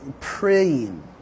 praying